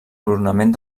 coronament